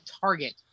target